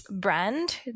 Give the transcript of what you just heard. brand